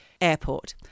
Airport